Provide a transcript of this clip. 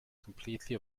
completely